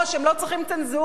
הם לא צריכים צנזורה,